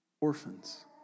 Orphans